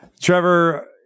Trevor